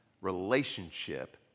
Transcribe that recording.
relationship